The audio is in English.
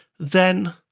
then